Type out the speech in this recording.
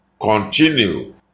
continue